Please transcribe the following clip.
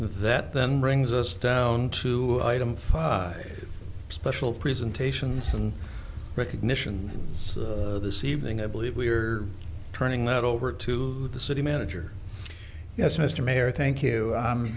that then brings us down to item five special presentations and recognition this evening i believe we're turning that over to the city manager yes mr mayor thank you